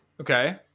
Okay